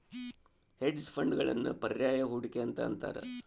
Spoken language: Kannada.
ಹೆಡ್ಜ್ ಫಂಡ್ಗಳನ್ನು ಪರ್ಯಾಯ ಹೂಡಿಕೆ ಅಂತ ಅಂತಾರ